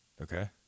Okay